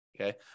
Okay